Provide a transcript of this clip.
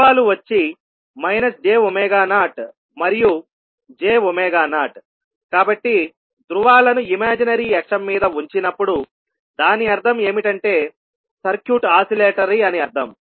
ధ్రువాలు వచ్చి j0మరియు j0కాబట్టి ధ్రువాలను ఇమాజినరీ అక్షం మీద ఉంచినప్పుడు దాని అర్థం ఏమిటంటే సర్క్యూట్ ఆసిలేటరీ అని అర్థం